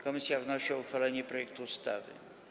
Komisja wnosi o uchwalenie projektu ustawy.